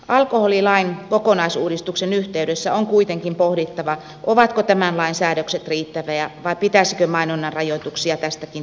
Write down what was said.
alkoholilain kokonaisuudistuksen yhteydessä on kuitenkin pohdittava ovatko tämän lain säädökset riittäviä vai pitäisikö mainonnan rajoituksia tästäkin tiukentaa